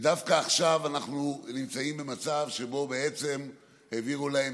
ודווקא עכשיו אנחנו נמצאים במצב שבו בעצם העבירו להם